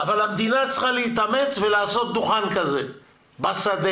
אבל המדינה צריכה להתאמץ ולעשות דוכן כזה בשדה.